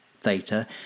theta